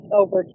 over